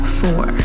four